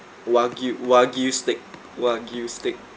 wagyu wagyu steak wagyu steak